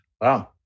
Wow